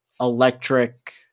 electric